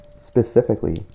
specifically